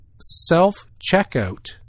self-checkout